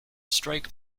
strike